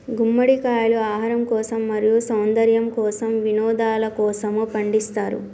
గుమ్మడికాయలు ఆహారం కోసం, మరియు సౌందర్యము కోసం, వినోదలకోసము పండిస్తారు